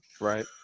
Right